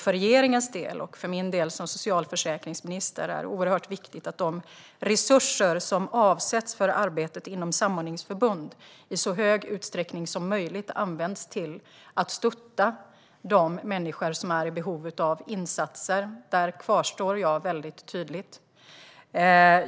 För regeringens del och för min del som socialförsäkringsminister är det viktigt att de resurser som avsätts för arbetet inom samordningsförbund i så hög utsträckning som möjligt används till att stötta de människor som är i behov av insatser. Där kvarstår jag väldigt tydligt.